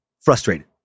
frustrated